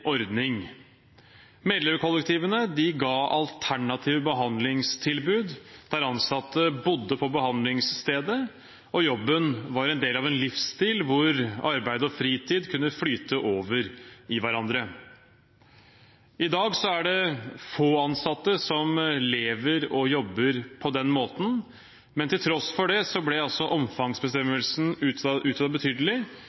ordning. Medleverkollektivene ga alternative behandlingstilbud, der ansatte bodde på behandlingsstedet, og jobben var en del av en livsstil hvor arbeid og fritid kunne flyte over i hverandre. I dag er det få ansatte som lever og jobber på den måten, men til tross for det ble